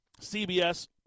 CBS